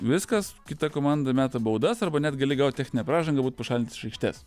viskas kita komanda meta baudas arba net gali gaut techninę pražangą būt pašalintas iš aikštės